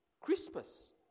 Crispus